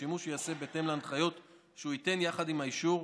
והשימוש ייעשה בהתאם להנחיות שהוא ייתן יחד עם האישור,